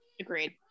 Agreed